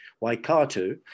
Waikato